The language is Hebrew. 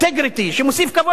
שמוסיף כבוד לכולם.